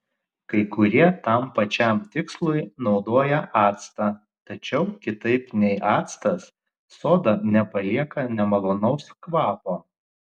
kai kurie tam pačiam tikslui naudoja actą tačiau kitaip nei actas soda nepalieka nemalonaus kvapo